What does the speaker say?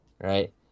right